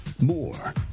More